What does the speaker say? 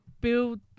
build